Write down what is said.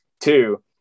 Two